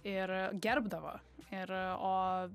ir gerbdavo ir o